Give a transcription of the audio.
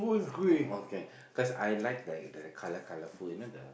okay because I like the the colour colourful you know the